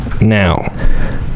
now